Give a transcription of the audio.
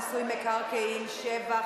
הצעת חוק מיסוי מקרקעין (שבח,